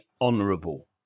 honourable